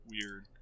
weird